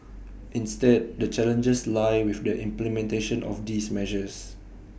instead the challenges lie with the implementation of these measures